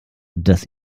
das